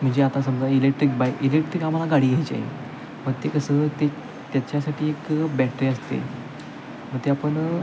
म्हणजे आता समजा इलेक्ट्रिक बाईक इलेक्ट्रिक आम्हाला गाडी घ्यायची आहे मग ते कसं ते त्याच्यासाठी एक बॅटरी असते मग ते आपण